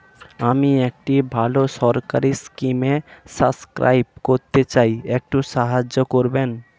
আমি একটি ভালো সরকারি স্কিমে সাব্সক্রাইব করতে চাই, একটু সাহায্য করবেন?